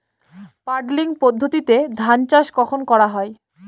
Puddling পদ্ধতিতে ধান চাষ কখন করা হয়?